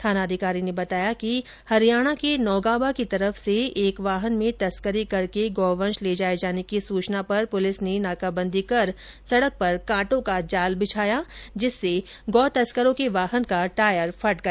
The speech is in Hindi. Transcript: थानाधिकारी ने बताया कि हरियाणा के नोगाबा की तरफ से एक वाहन में तस्करी करके गौवंश ले जाए जाने की सूचना पर पुलिस ने नाकाबंदी कर सड़क पर काटों का जाल बिछाया जिससे गौतस्करों के वाहन का टायर फट गया